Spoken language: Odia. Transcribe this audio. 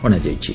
ଅଣାଯାଇଛି